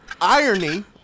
irony